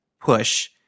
push